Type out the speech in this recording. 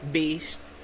based